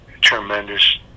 tremendous